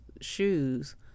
shoes